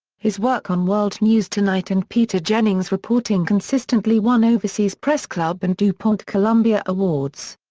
his work on world news tonight and peter jennings reporting consistently won overseas press club and dupont-columbia awards.